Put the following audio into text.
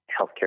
healthcare